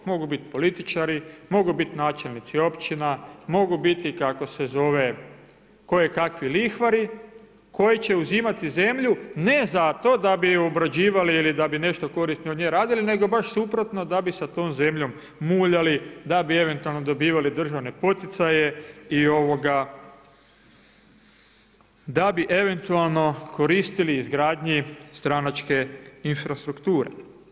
Mogu biti političari, mogu biti načelnici općina, mogu biti kojekakvi lihvari koji će uzimati zemlju ne zato da bi ju obrađivali ili da bi nešto korisno od nje radili, nego baš suprotno, da bisa tom zemljom muljali, da bi eventualno dobivali državne poticaje i da bi eventualno koristili izgradnji stranačke infrastrukture.